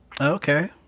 okay